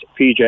PJ